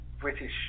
British